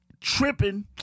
tripping